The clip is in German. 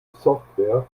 software